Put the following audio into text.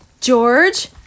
george